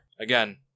Again